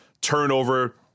turnover